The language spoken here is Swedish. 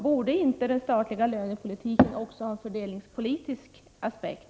Borde inte den statliga lönepolitiken också ha en fördelningspolitisk aspekt?